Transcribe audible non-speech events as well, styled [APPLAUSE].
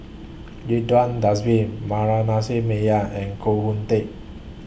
Ridzwan Dzafir [UNINTELLIGIBLE] Meyer and Koh Hoon Teck